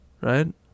right